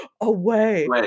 Away